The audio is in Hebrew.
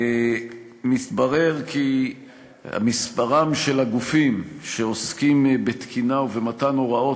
מתברר כי מספרם של הגופים שעוסקים בתקינה ובמתן הוראות